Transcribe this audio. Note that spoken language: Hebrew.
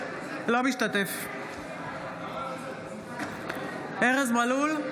אינו משתתף בהצבעה ארז מלול,